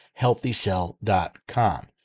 HealthyCell.com